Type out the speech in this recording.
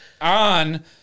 On